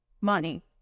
money